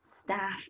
staff